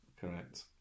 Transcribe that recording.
Correct